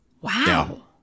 wow